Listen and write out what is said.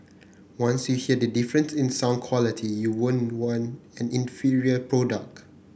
once you hear the difference in sound quality you won't want an inferior product